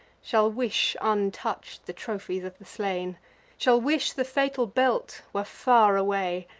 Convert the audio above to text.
shall wish untouch'd the trophies of the slain shall wish the fatal belt were far away,